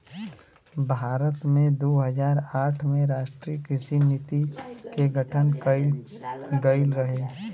भारत में दू हज़ार आठ में राष्ट्रीय कृषि नीति के गठन कइल गइल रहे